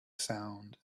sound